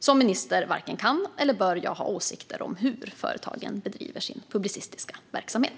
Som minister varken kan eller bör jag ha åsikter om hur företagen bedriver sin publicistiska verksamhet.